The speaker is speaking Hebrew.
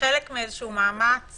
כחלק ממאמץ